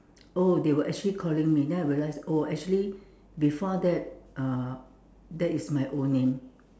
oh they were actually calling me then I realised oh actually before that uh that is my old name